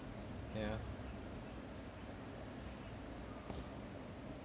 ya